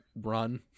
run